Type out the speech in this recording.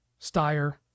Steyer